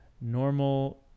normal